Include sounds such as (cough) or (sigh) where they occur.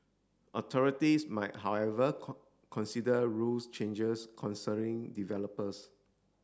authorities might however (unintelligible) consider rules changes concerning developers